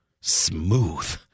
smooth